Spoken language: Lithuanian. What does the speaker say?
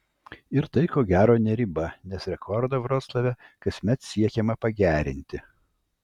ir tai ko gero ne riba nes rekordą vroclave kasmet siekiama pagerinti